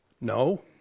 No